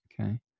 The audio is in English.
okay